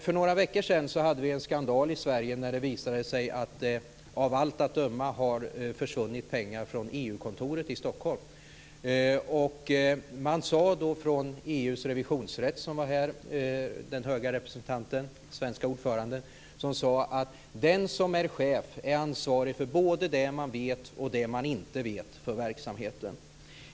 För några veckor sedan hade vi en skandal i Sverige när det visade sig att det av allt att döma har försvunnit pengar från EU-kontoret i Stockholm. Den höga representanten från EU:s revisionsrätt, den svenska ordföranden, som var här sade att den som är chef är ansvarig för både det som man vet och det som man inte vet om verksamheten.